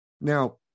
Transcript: Now